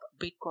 bitcoin